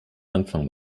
anfang